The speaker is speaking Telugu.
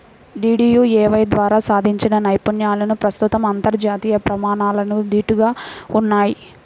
డీడీయూఏవై ద్వారా సాధించిన నైపుణ్యాలు ప్రస్తుతం అంతర్జాతీయ ప్రమాణాలకు దీటుగా ఉన్నయ్